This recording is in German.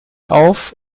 auf